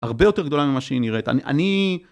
הרבה יותר גדולה ממה שהיא נראית, אני...